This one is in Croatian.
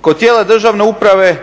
Kod tijela državne uprave,